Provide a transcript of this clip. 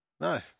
No